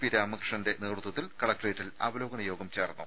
P രാമകൃഷ്ണന്റെ നേതൃത്വത്തിൽ കലക്ടറേറ്റിൽ അവലോകന യോഗം ചേർന്നു